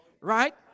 right